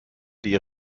die